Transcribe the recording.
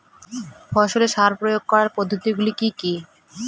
ফসলের সার প্রয়োগ করার পদ্ধতি গুলো কি কি?